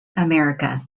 america